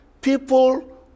People